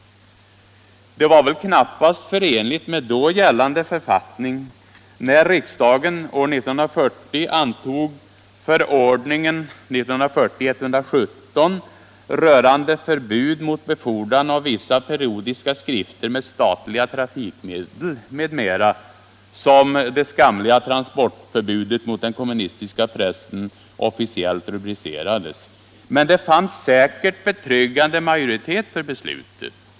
Det var väl knappast förenligt med då gällande författning när riksdagen år 1940 antog Förordningen rörande förbud mot befordran av vissa periodiska skrifter med statliga trafikmedel m.m., som det skamliga transportförbudet mot den kommunistiska pressen officiellt rubricerades. Men det fanns säkert betryggande majoritet för beslutet.